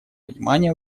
внимания